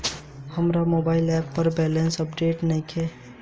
हमार mobile app पर balance update नइखे